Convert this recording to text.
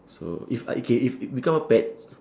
so if I K if if become a pet